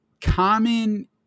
common